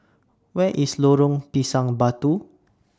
Where IS Lorong Pisang Batu